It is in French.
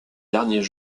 derniers